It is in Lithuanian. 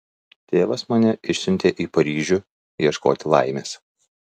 tėvas mane išsiuntė į paryžių ieškoti laimės